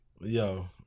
Yo